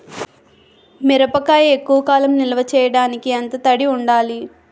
మిరపకాయ ఎక్కువ కాలం నిల్వ చేయటానికి ఎంత తడి ఉండాలి?